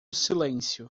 silêncio